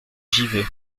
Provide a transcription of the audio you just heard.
givet